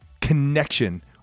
connection